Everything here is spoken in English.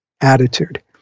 attitude